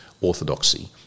orthodoxy